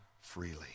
freely